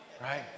Right